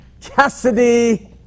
Cassidy